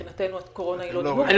מבחינתנו הקורונה היא לא --- לא,